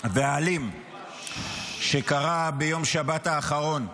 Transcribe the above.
ואלים שקרה ביום שבת האחרון,